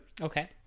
okay